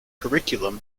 curriculum